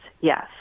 yes